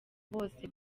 bose